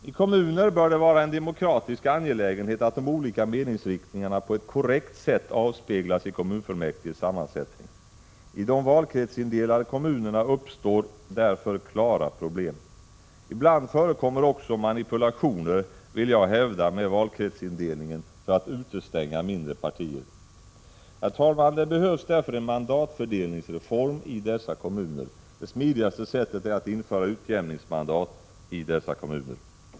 I kommuner bör det vara en demokratisk angelägenhet att de olika meningsriktningarna på ett korrekt sätt avspeglas i kommunfullmäktiges sammansättning. I de valkretsindelade kommunerna uppstår därför klara problem. Ibland förekommer också manipulationer, vill jag hävda, med valkretsindelningen för att utestänga mindre partier. Herr talman! Det behövs därför en mandatfördelningsreform i de valkretsindelade kommunerna. Det smidigaste sättet är att införa utjämningsmandat i dessa kommuner.